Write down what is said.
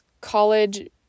college